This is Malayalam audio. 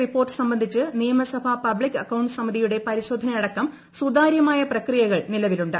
റിപ്പോർട്ട് സംബന്ധിച്ച് നിയമസഭ പബ്ലിക് അക്കൌണ്ട്ട്സ് സമിതിയുടെ പരിശോധനയടക്കം സുതാര്യമായ പ്രിക്രിയകൾ നിലവിലുണ്ട്